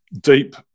deep